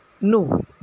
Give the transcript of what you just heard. No